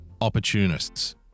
opportunists